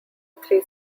three